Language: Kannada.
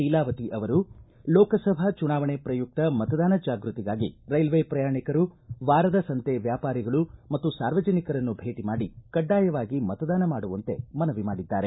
ಲೀಲಾವತಿ ಅವರು ಲೋಕಸಭಾ ಚುನಾವಣೆ ಪ್ರಯುಕ್ತ ಮತದಾನ ಜಾಗೃತಿಗಾಗಿ ರೈಲ್ವೆ ಪ್ರಯಾಣಿಕರು ವಾರದ ಸಂತೆ ವ್ಯಾಪಾರಿಗಳು ಮತ್ತು ಸಾರ್ವಜನಿಕರನ್ನು ಭೇಟ ಮಾಡಿ ಕಡ್ಡಾಯವಾಗಿ ಮತದಾನ ಮಾಡುವಂತೆ ಮನವಿ ಮಾಡಿದ್ದಾರೆ